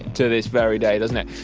to this very day, doesn't it?